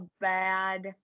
bad